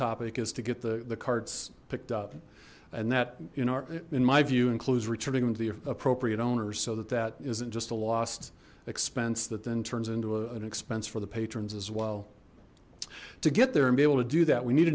topic is to get the the carts picked up and that you know in my view includes returning them to the appropriate owners so that that isn't just a lost expense that then turns into an expense for the patrons as well to get there and be able to do that we need